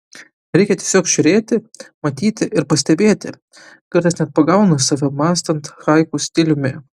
reikia tiesiog žiūrėti matyti ir pastebėti kartais net pagaunu save mąstant haiku stiliumi